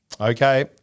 Okay